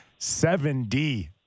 7D